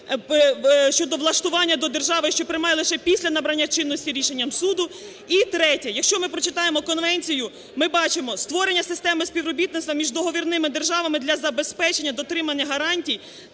щодо влаштування до держави, що приймає, лише після набрання чинності рішенням суду. І третє. Якщо ми прочитаємо конвенцію, ми бачимо створення системи співробітництва між договірними державами для забезпечення дотримання гарантій,